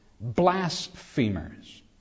blasphemers